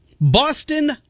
Boston